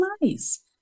nice